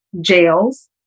jails